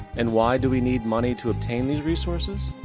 and why do we need money to obtain these resources?